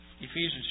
Ephesians